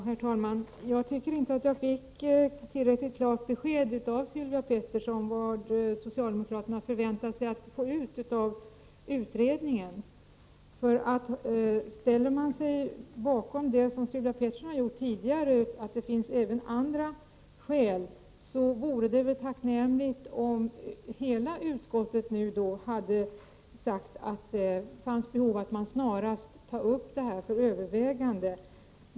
Herr talman! Jag tycker inte att jag fick ett tillräckligt klart besked från Sylvia Pettersson om vad socialdemokraterna förväntar sig att få ut av utredningen. Ställer man sig bakom det som Sylvia Pettersson har sagt tidigare, nämligen att det finns även andra skäl till detta, hade det varit tacknämligt om hela utskottet hade uttalat att det finns behov av att snarast ta upp detta till övervägande.